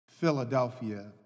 Philadelphia